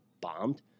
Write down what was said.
bombed